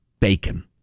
bacon